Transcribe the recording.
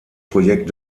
projekt